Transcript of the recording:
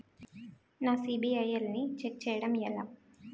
నా సిబిఐఎల్ ని ఛెక్ చేయడం ఎలా?